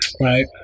Right